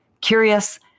curious